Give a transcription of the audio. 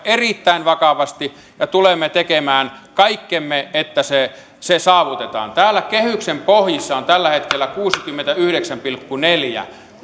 erittäin vakavasti ja tulemme tekemään kaikkemme että se se saavutetaan täällä kehyksen pohjissa on tällä hetkellä kuusikymmentäyhdeksän pilkku neljä